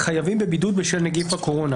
יהיו,